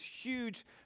huge